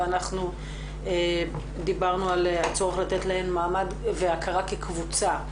ואנחנו דיברנו על הצורך לתת להן מעמד והכרה כקבוצה,